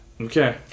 Okay